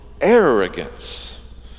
arrogance